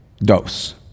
dose